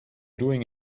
doing